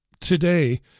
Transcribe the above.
today